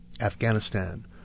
Afghanistan